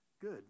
good